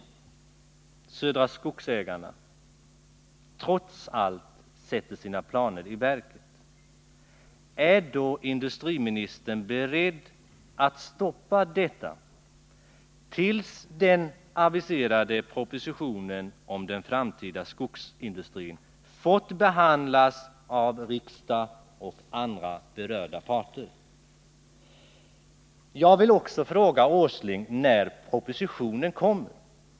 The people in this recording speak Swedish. Om Södra Skogsägarna trots allt sätter sina planer i verket, är då industriministern beredd att stoppa detta tills den aviserade propositionen om den framtida skogsindustrin fått behandlas av riksdag och andra berörda parter? Jag vill också fråga Nils Åsling när propositionen kommer.